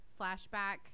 flashback